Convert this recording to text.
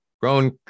grown